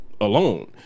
alone